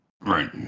Right